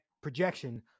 projection